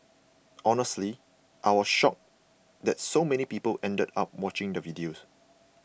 honestly I was shocked that so many people ended up watching the videos